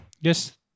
Yes